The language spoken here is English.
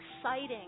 exciting